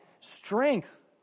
strength